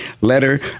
letter